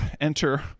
enter